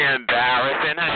Embarrassing